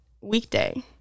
weekday